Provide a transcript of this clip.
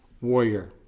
warrior